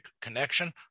connection